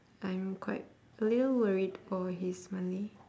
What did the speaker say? I'm quite a little worried for his malay